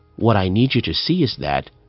what i need you to see is that,